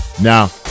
Now